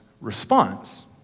response